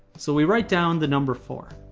so we write down the number four.